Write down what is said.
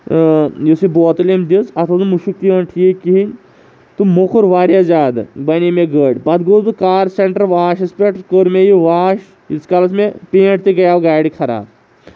یُس یہِ بوتل أمۍ دِژ اَتھ اوس نہٕ مُشُک تہِ یِوان ٹھیٖک کِہینۍ تہٕ موٚکُر واریاہ زیادٕ بنے مےٚ گٲڑۍ پَتہٕ گوس بہٕ کار سینٛٹر واشس پٮ۪ٹھ کوٚر مےٚ یہِ واش ییٖتِس کالَس مےٚ پینٛٹ تہِ گٔیو گاڑِ خراب